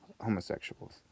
Homosexuals